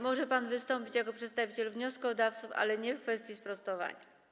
Może pan wystąpić jako przedstawiciel wnioskodawców, ale nie w kwestii sprostowania.